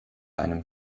einem